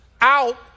out